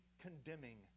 condemning